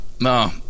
No